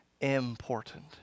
important